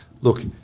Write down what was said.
look